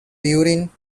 during